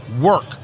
work